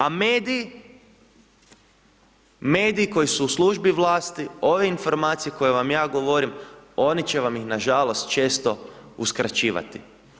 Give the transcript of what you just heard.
A mediji, mediji koji su u službi vlasti ove informacije koje vam ja govorim oni će vam ih nažalost često uskraćivati.